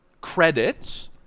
credits